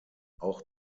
auch